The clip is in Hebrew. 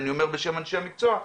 ואני אומר בשם אנשי המקצוע,